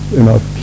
enough